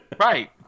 Right